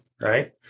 Right